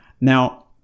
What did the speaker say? Now